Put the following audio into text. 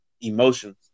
emotions